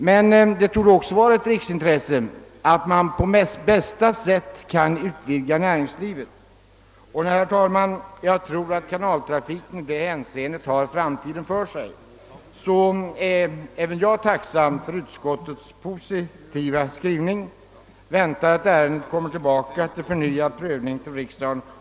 Men det torde också vara ett riksintresse att på bästa sätt kunna bygga ut näringslivet, och jag tror att kanaltrafiken i det hänseendet har framtiden för sig. Även jag är därför tacksam för utskottets positiva skrivning och förväntar att ärendet så småningom kommer tillbaka till riksdagen för förnyad prövning. Herr talman!